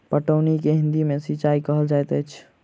पटौनी के हिंदी मे सिंचाई कहल जाइत अछि